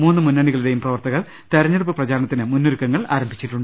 മൂന്ന് മുന്നണികളുടെയും പ്രവർത്തകർ തെര ഞ്ഞെടുപ്പ് പ്രചാരണത്തിന് മുന്നൊരുക്കങ്ങൾ ആരംഭിച്ചു